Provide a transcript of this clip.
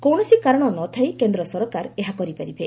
କୌଣସି କାରଣ ନ ଥାଇ କେନ୍ଦ୍ର ସରକାର ଏହା କରିପାରିବେ